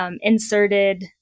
inserted